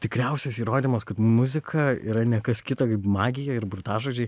tikriausias įrodymas kad muzika yra ne kas kita kaip magija ir burtažodžiai